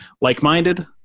like-minded